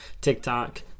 TikTok